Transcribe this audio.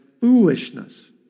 foolishness